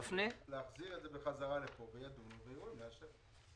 להחזיר את זה בחזרה לפה, ידונו ויראו אם לאשר.